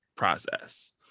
process